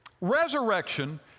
resurrection